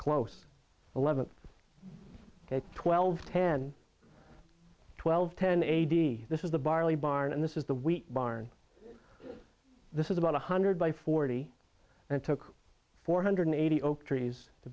close eleven twelve ten twelve ten a d this is the barley barn and this is the wheat barn this is about one hundred by forty and took four hundred eighty oak trees to